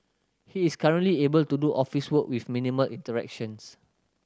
he is currently able to do office work with minimal interactions